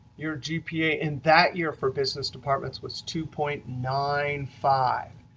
your gpa in that year for business departments was two point nine five.